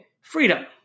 freedom